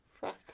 fuck